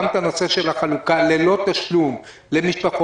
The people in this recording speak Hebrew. גם את הנושא של החלוקה ללא תשלום למשפחות,